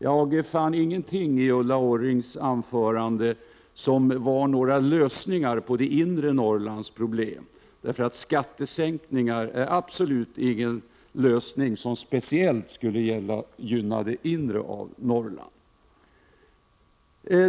Jag fann ingenting i Ulla Orrings anförande som skulle kunna innebära lösningar på problemen i inre Norrland. Skattesänkningar är absolut inte någon lösning som speciellt skulle gynna inre Norrland.